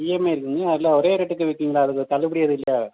EMI இருக்குது இல்லை ஒரே ரேட்டுக்கு விற்பீங்களா அதுக்கு தள்ளுபடி எதுவும் இல்லையா